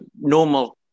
normal